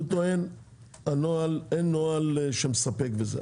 הוא טוען, אין נוהל שמספק בזה.